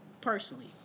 personally